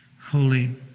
holy